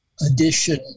edition